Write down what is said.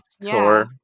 tour